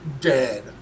dead